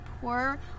poor